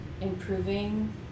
improving